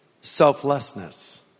selflessness